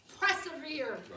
persevere